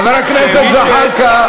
חבר הכנסת זחאלקה.